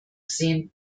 sehen